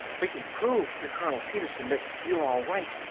we can prove to colonel petersen that you're all right.